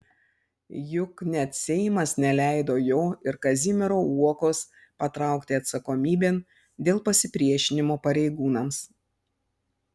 juk net seimas neleido jo ir kazimiero uokos patraukti atsakomybėn dėl pasipriešinimo pareigūnams